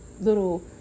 little